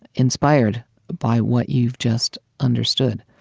inspired by what you've just understood.